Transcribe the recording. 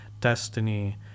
destiny